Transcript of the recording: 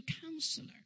counselor